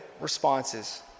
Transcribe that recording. responses